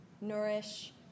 nourish